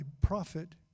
prophet